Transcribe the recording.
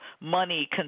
money